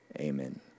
amen